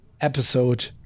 episode